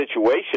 situation